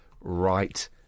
right